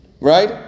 right